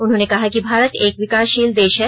उन्होंने कहा कि भारत एक विकासशील देश है